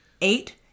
Eight